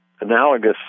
analogous